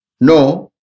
No